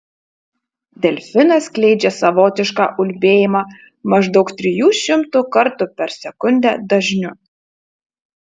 delfinas skleidžia savotišką ulbėjimą maždaug trijų šimtų kartų per sekundę dažniu